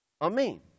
Amen